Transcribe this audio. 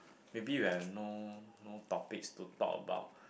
maybe we have no no topics to talk about